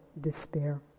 despair